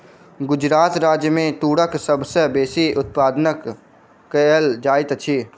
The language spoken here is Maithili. गुजरात राज्य मे तूरक सभ सॅ बेसी उत्पादन कयल जाइत अछि